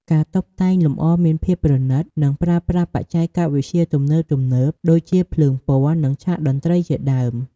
ការតុបតែងលម្អមានភាពប្រណីត និងប្រើប្រាស់បច្ចេកវិទ្យាទំនើបៗ ដូចជាភ្លើងពណ៌ និងឆាកតន្ត្រីជាដើម។